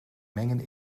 mengen